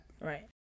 Right